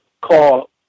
call